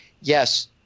yes